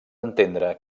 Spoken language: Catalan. entendre